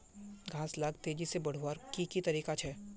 घास लाक तेजी से बढ़वार की की तरीका छे?